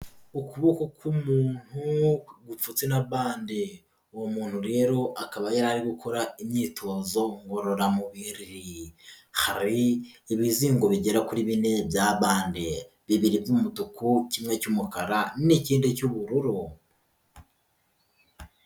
Ukuboko k'umuntu gututse na bande, uwo muntu rero akaba yari ari gukora imyitozo ngororamubiri, hari ibizingo bigera kuri bine bya bande, bibiri by'umutuku kimwe cy'umukara n'ikindi cy'ubururu.